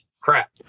crap